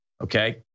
okay